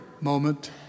moment